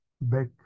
back